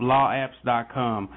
LawApps.com